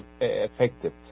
effective